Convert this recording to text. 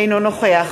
אינו נוכח